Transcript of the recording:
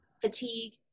fatigue